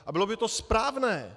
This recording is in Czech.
A bylo by to správné!